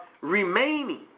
remaining